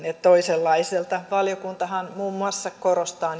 toisenlaiselta valiokuntahan muun muassa korostaa